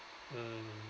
mm